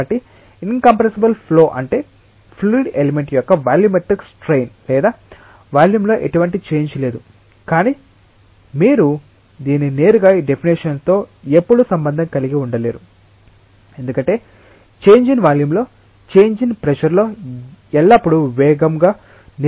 కాబట్టి incompressible flow అంటే fluid element యొక్క వాల్యూమెట్రిక్ స్ట్రైన్ లేదు వాల్యూమ్లో ఎటువంటి చేంజ్ లేదు కానీ మీరు దీన్ని నేరుగా ఈ డెఫినేషన్ తో ఎప్పుడూ సంబంధం కలిగి ఉండలేరు ఎందుకంటే చేంజ్ ఇన్ వాల్యూమ్లో చేంజ్ ఇన్ ప్రెషర్ లో ఎల్లప్పుడూ నేరుగా ఉండకపోవచ్చు